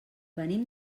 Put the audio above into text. venim